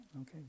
Okay